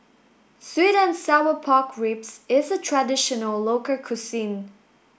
sweet and sour pork ribs is a traditional local cuisine